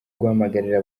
guhamagarira